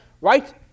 right